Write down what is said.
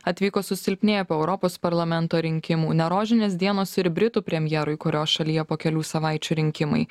atvyko susilpnėję po europos parlamento rinkimų ne rožinės dienos ir britų premjerui kurio šalyje po kelių savaičių rinkimai